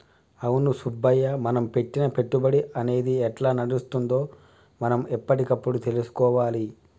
అవును సుబ్బయ్య మనం పెట్టిన పెట్టుబడి అనేది ఎట్లా నడుస్తుందో మనం ఎప్పటికప్పుడు తెలుసుకోవాలి